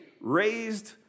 raised